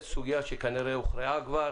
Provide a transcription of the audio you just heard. זאת סוגיה שכנראה הוכרעה כבר